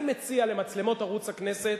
אני מציע למצלמות ערוץ הכנסת,